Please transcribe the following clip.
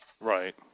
Right